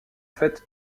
fait